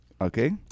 Okay